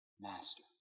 master